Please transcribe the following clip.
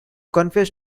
confess